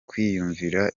kwiyumvira